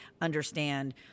understand